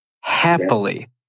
Happily